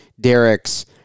derek's